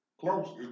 Close